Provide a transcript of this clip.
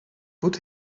put